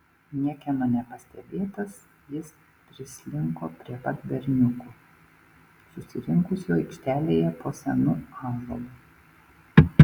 niekieno nepastebėtas jis prislinko prie pat berniukų susirinkusių aikštelėje po senu ąžuolu